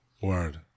Word